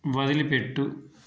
వదిలిపెట్టు